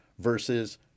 versus